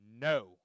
no